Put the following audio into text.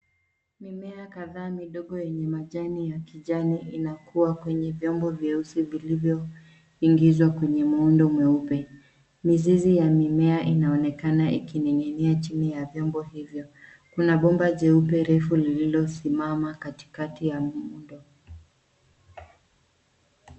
Mimea kadhaa midogo yenye majani ya kijani inakuwa kwenye vyombo vyeusi vilivyoingizwa kwenye muundo meupe. Mizizi ya mimea inaonekana ikining'inia chini ya vyomba hivyo. Kuna bomba jeupe refu lilosimama katikati ya muundo.